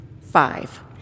five